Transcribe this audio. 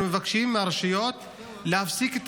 אנחנו מבקשים מהרשויות להפסיק את